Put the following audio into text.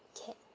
can